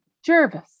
Jervis